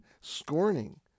scorning